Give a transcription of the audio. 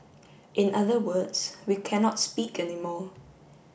in other words we cannot speak anymore